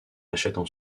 achètent